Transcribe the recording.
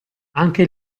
anche